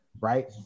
right